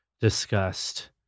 discussed